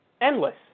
Endless